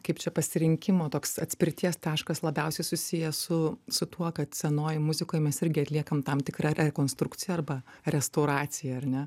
kaip čia pasirinkimo toks atspirties taškas labiausiai susijęs su su tuo kad senojoj muzikoj mes irgi atliekam tam tikrą rekonstrukciją arba restauraciją ar ne